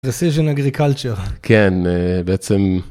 decision agriculture, כן בעצם.